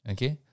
Okay